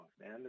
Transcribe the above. man